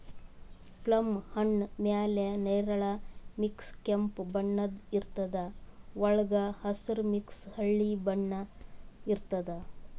plum ಹಣ್ಣ್ ಮ್ಯಾಲ್ ನೆರಳಿ ಮಿಕ್ಸ್ ಕೆಂಪ್ ಬಣ್ಣದ್ ಇರ್ತದ್ ವಳ್ಗ್ ಹಸ್ರ್ ಮಿಕ್ಸ್ ಹಳ್ದಿ ಬಣ್ಣ ಇರ್ತದ್